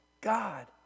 God